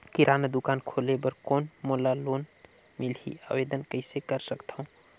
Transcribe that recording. किराना दुकान खोले बर कौन मोला लोन मिलही? आवेदन कइसे कर सकथव?